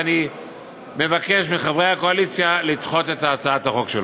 אני מבקש מחברי הקואליציה לדחות את הצעת החוק שלו.